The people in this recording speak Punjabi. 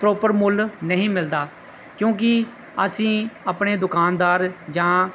ਪ੍ਰੋਪਰ ਮੁੱਲ ਨਹੀਂ ਮਿਲਦਾ ਕਿਉਂਕਿ ਅਸੀਂ ਆਪਣੇ ਦੁਕਾਨਦਾਰ ਜਾਂ